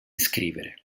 scrivere